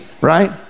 right